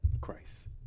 Christ